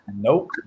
Nope